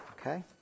Okay